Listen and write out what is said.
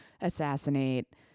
assassinate